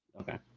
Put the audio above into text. Okay